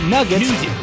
Nuggets